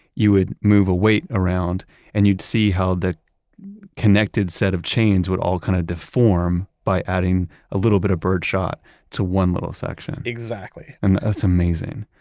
you would move a weight around and you'd see how the connected set of chains would all kind of deform by adding a little bit of birdshot to one little section exactly and that's amazing,